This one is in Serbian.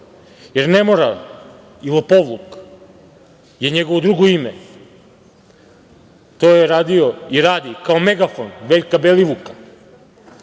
jer nemoral i lopovluk je njegovo drugo ime. To je radio i radi kao megafon Veljka Belivuka,